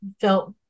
felt